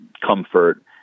comfort